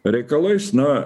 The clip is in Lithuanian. reikalais na